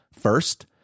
First